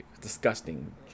disgusting